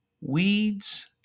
weeds